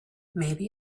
maybe